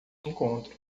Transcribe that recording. encontro